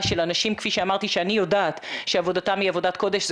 של אנשים כפי שאמרתי שאני יודעת שעבודתם היא עבודת קודש,